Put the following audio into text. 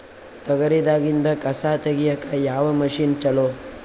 ತೊಗರಿ ದಾಗಿಂದ ಕಸಾ ತಗಿಯಕ ಯಾವ ಮಷಿನ್ ಚಲೋ?